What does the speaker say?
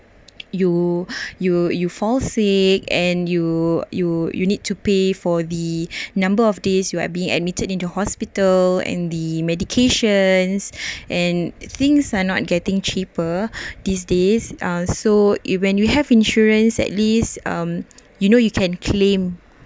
you you you fall sick and you you you need to pay for the number of days you are being admitted into hospital and the medications and things are not getting cheaper these days uh so it when you have insurance at least um you know you can claim